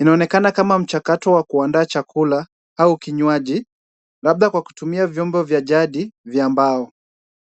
inaonekana kama mchakato wa kuandaa chakula au kinywaji, labda kwa kutumia vyombo vya jadi vya mbao.